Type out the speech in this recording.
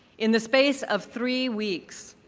in the space of three weeks,